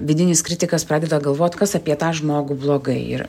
vidinis kritikas pradeda galvot kas apie tą žmogų blogai ir